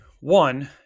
One